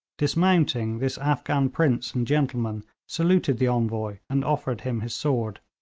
dismounting, this afghan prince and gentleman saluted the envoy, and offered him his sword,